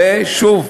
ושוב,